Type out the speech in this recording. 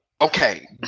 okay